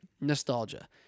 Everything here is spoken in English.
Nostalgia